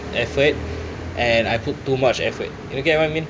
effort and I put too much effort you get what I mean